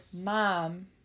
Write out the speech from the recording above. Mom